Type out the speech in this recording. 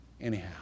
anyhow